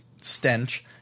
stench